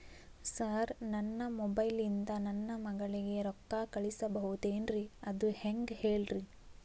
sir ನನ್ನ mobile ಇಂದ ನನ್ನ ಮಗಳಿಗೆ ರೊಕ್ಕಾ ಕಳಿಸಬಹುದೇನ್ರಿ ಅದು ಹೆಂಗ್ ಹೇಳ್ರಿ